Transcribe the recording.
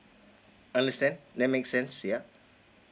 understand that make sense ya